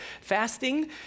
Fasting